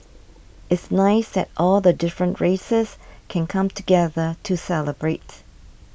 it's nice that all the different races can come together to celebrate